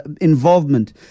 involvement